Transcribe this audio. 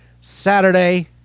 Saturday